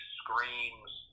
screams